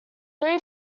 three